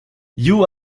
you